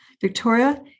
Victoria